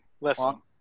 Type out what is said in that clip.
listen